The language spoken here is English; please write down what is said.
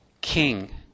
king